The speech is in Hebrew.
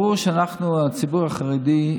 ברור שאנחנו, הציבור החרדי,